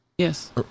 Yes